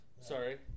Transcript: Sorry